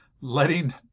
letting